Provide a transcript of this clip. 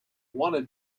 wanted